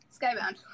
skybound